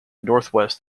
northwest